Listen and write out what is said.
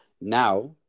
now